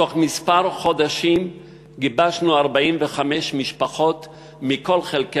תוך כמה חודשים גיבשנו 45 משפחות מכל חלקי